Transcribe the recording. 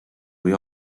või